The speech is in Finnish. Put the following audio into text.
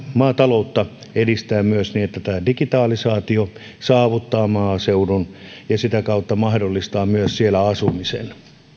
maataloutta edistää myös niin että tämä digitalisaatio saavuttaa maaseudun ja sitä kautta mahdollistaa myös siellä asumisen